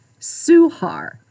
suhar